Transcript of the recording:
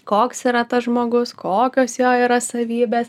koks yra tas žmogus kokios jo yra savybės